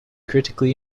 critically